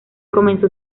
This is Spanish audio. comenzó